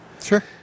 Sure